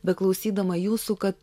beklausydama jūsų kad